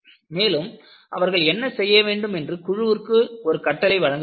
மேலும் அவர்கள் என்ன செய்ய வேண்டும் என்று குழுவுக்கு ஒரு கட்டளை வழங்கப்பட்டது